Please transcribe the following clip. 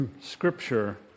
Scripture